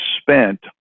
spent